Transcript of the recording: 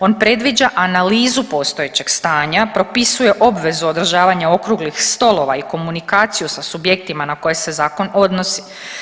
On predviđa analizu postojećeg stanja, propisuje obvezu održavanja okruglih stolova i komunikaciju sa subjektima na koje se zakon odnosi.